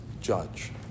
judge